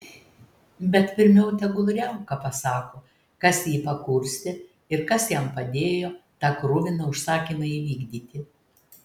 bet pirmiau tegul riauka pasako kas jį pakurstė ir kas jam padėjo tą kruviną užsakymą įvykdyti